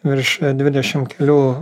virš dvidešim kelių